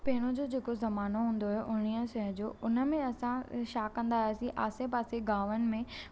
पहिरियों जो जेको ज़मानो हूंदो हुयो उणिवीह सौ जो उन में असां छा कंदा हुयासि आसे पासे गांवनि में